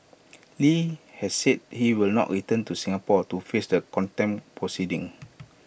li has said he will not return to Singapore to face the contempt proceedings